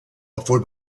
obwohl